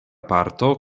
parto